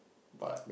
but